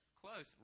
Close